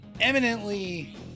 eminently